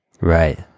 Right